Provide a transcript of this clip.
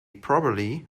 properly